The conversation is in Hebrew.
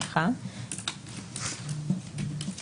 שוכנע בית